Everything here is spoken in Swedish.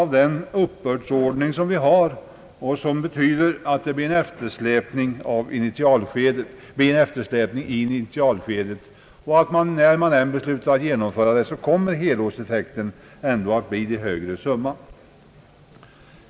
Vår uppbördsordning medför att det blir en eftersläpning i initialskedet, och när man än beslutar införa arbetsgivaravgiften kommer helårseffekten ändå att bli den högre summan.